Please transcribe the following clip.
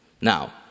Now